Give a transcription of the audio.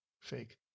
fake